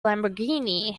lamborghini